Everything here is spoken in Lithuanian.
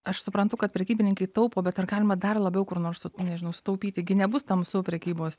aš suprantu kad prekybininkai taupo bet ar galima dar labiau kur nors su nežinau sutaupyti gi nebus tamsu prekybos